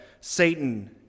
Satan